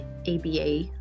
aba